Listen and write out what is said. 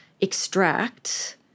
extract